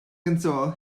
console